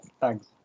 Thanks